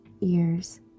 ears